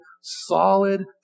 solid